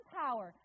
power